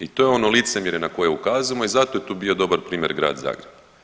I to je ono licemjerje na koje ukazujemo i zato je tu bio dobar primjer grad Zagreb.